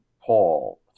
Paul